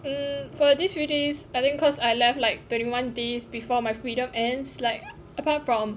um for this few days I think cause I left like twenty one days before my freedom and it's like apart from